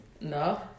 no